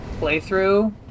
playthrough